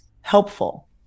helpful